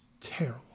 terrible